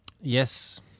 yes